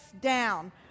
down